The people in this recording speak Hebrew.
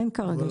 אין כרגע.